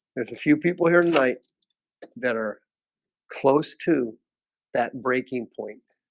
there's a few people here tonight that are close to that breaking point